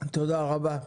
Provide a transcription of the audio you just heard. תודה רבה,